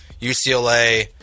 UCLA